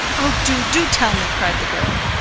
oh, do, do tell me! cried the girl.